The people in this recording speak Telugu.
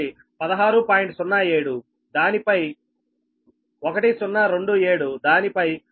07 దానిపై 1027 దానిపై 160